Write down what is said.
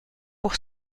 pour